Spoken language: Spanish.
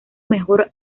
mejor